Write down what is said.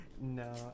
no